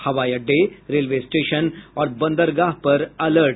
हवाई अड्डे railway station और बंदरगाह पर अलर्ट